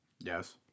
Yes